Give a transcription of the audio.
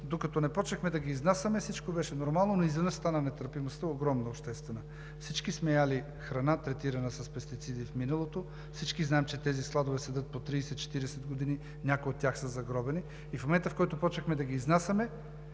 Докато не започнахме да ги изнасяме, всичко беше нормално, но изведнъж обществената нетърпимост стана огромна. Всички сме яли храна, третирана с пестициди в миналото, всички знаем, че тези складове седят по 30 – 40 години, някои от тях са загробени. И в момента, в който започнахме да ги изнасяме